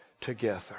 together